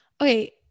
Okay